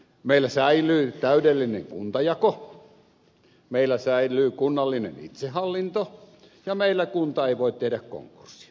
meillä säilyy täydellinen kuntajako meillä säilyy kunnallinen itsehallinto ja meillä kunta ei voi tehdä konkurssia